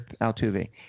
Altuve